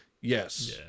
yes